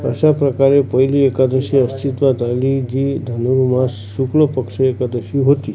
अशा प्रकारे पहिली एकादशी अस्तित्वात आली जी धनुर्मास शुक्ल पक्ष एकादशी होती